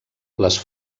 les